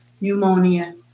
pneumonia